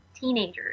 teenagers